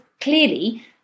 clearly